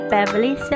Beverly